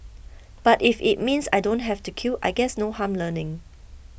but if it means I don't have to queue I guess no harm learning